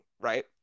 right